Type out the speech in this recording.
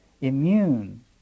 immune